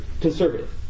conservative